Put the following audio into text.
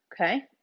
Okay